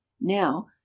now